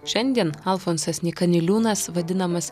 šiandien alfonsas nyka niliūnas vadinamas